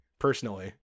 personally